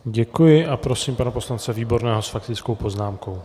Děkuji a prosím pana poslance Výborného s faktickou poznámkou.